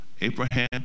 Abraham